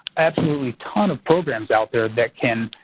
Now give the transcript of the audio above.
absolutely ton of programs out there that can,